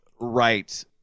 right